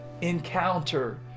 encounter